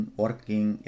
working